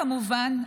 כמובן,